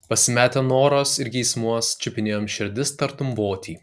pasimetę noruos ir geismuos čiupinėjom širdis tartum votį